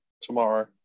tomorrow